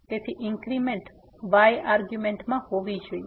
તેથી increment y આર્ગ્યુંમેન્ટમાં હોવી જોઈએ